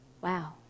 Wow